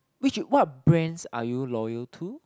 which what brands are you loyal to